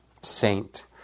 saint